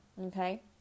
Okay